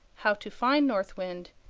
how to find north wind,